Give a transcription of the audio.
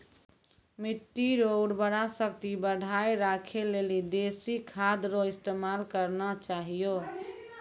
मिट्टी रो उर्वरा शक्ति बढ़ाएं राखै लेली देशी खाद रो इस्तेमाल करना चाहियो